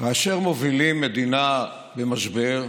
כאשר מובילים מדינה במשבר,